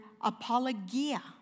apologia